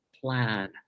plan